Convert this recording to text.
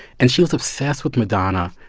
and she was obsessed with madonna.